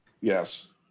yes